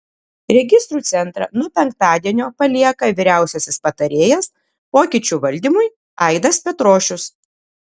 registrų centrą nuo penktadienio palieka vyriausiasis patarėjas pokyčių valdymui aidas petrošius